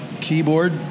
keyboard